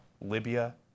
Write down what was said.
Libya